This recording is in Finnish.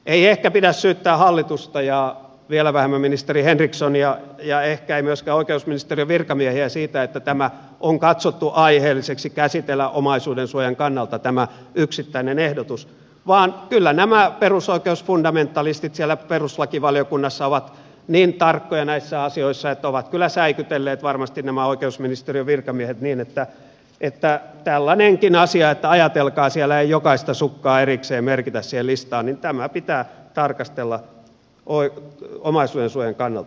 ei ehkä pidä syyttää hallitusta ja vielä vähemmän ministeri henrikssonia ja ehkä ei myöskään oikeusministeriön virkamiehiä siitä että tämä yksittäinen ehdotus on katsottu aiheelliseksi käsitellä omaisuudensuojan kannalta vaan kyllä nämä perusoikeusfundamentalistit siellä perustuslakivaliokunnassa ovat niin tarkkoja näissä asioissa että ovat kyllä säikytelleet varmasti nämä oikeusministeriön virkamiehet niin että tällainenkin asia ajatelkaa siellä ei jokaista sukkaa erikseen merkitä siihen listaan pitää tarkastella omaisuudensuojan kannalta